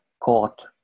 caught